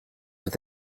with